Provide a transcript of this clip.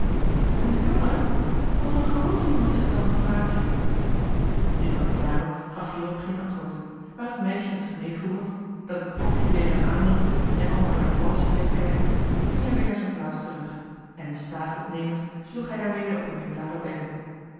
een jongen wat een grte jongen is dat dan vadertje il capitano gaf hierop geen antwoord maar het meisje met zich meevoerend dat het kopje tegen hem aandrukte en al maar naar paddeltje bleef kijken joh h been paddeltje de scheepsjongen van michiel de ruijter ging hij weer naar zijn plaats terug en een staaf opnemend sloeg hij daarmede op een metalen bekken